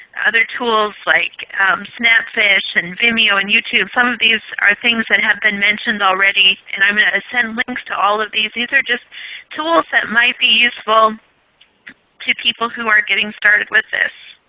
other tools like snapfish, and vimeo, and youtube, some of these are things that have been mentioned already. and i will mean send links to all of these. these are just tools that might be useful to people who are getting started with this.